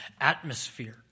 atmosphere